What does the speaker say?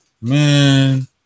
man